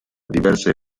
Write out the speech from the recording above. diverse